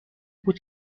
بود